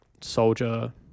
soldier